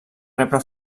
rebre